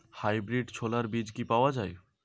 Hybrid ছোলার বীজ কি পাওয়া য়ায়?